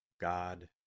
God